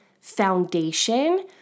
foundation